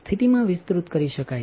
સ્થિતિમાં વિસ્તૃત કરી શકાય છે